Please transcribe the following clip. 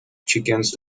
chickens